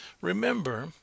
remember